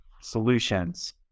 solutions